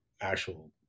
actual